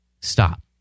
stop